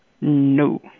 no